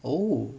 oh